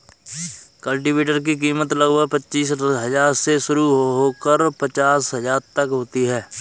cultivator की कीमत लगभग पचीस हजार से शुरू होकर पचास हजार तक होती है